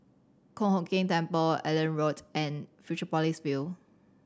Kong Hock Keng Temple Allenby Road and Fusionopolis View